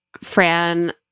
Fran